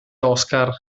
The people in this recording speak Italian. oscar